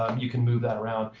um you can move that around.